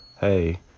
hey